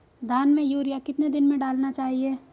धान में यूरिया कितने दिन में डालना चाहिए?